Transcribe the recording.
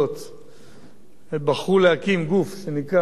בחרו להקים גוף שנקרא מועצת זכויות האדם,